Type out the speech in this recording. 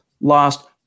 lost